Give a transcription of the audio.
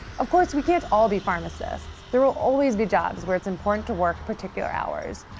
of course, we can't all be pharmacists. there will always be jobs where it's important to work particular hours.